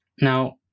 Now